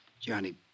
Johnny